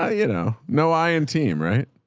ah you know? no i in team, right?